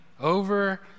over